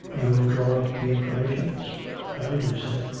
you will draw up the informations i will do so.